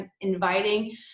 inviting